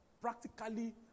practically